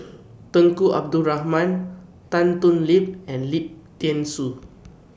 Tunku Abdul Rahman Tan Thoon Lip and Lim Thean Soo